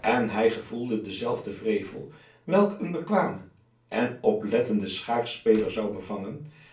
en hij gevoelde denzelfden wrevel welke een bekwamen en oplettenden schaakspeler zou bevangen